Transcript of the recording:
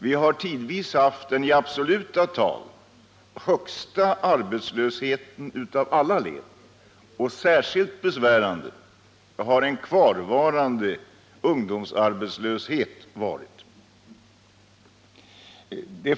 Vi har tidvis haft den i absoluta tal högsta arbetslösheten av alla län i landet, och särskilt besvärande har den kvarvarande ungdomsarbetslösheten varit.